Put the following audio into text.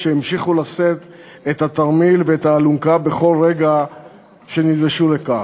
כשהמשיכו לשאת את התרמיל ואת האלונקה בכל רגע שנדרשו לכך.